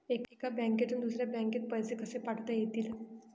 एका बँकेतून दुसऱ्या बँकेत पैसे कसे पाठवता येतील?